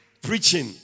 preaching